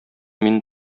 мине